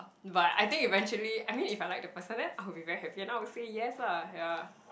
but I think eventually I mean if I like the person then I will be very happy and then I say yes lah ya